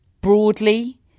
Broadly